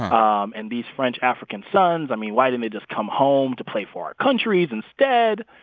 um and these french african sons, i mean, why didn't they just come home to play for our countries instead?